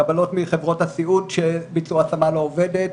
קבלות מחברות הסיעוד שביצעו השמה לעובדת,